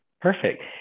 Perfect